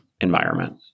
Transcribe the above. environment